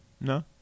No